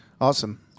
Awesome